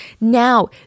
Now